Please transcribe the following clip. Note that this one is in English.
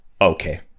okay